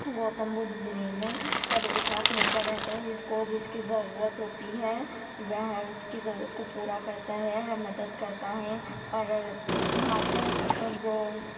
گوتم بدھ ضلعے میں سب ایک ساتھ مل کر رہتے ہیں جس کو جس کی ضرورت ہوتی ہے وہ اس کی ضرورت کو پورا کرتا ہے مدد کرتا ہے اور وہاں پہ جو